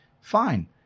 Fine